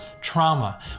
Trauma